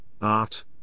art